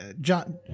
John